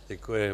Děkuji.